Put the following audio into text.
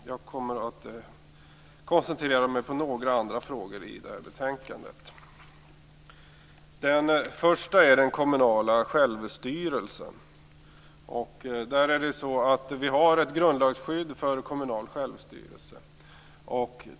Jag kommer att koncentrera mig på några andra frågor i det här betänkandet. Den första frågan gäller den kommunala självstyrelsen. Vi har ett grundlagsskydd för kommunal självstyrelse.